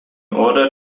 order